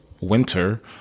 winter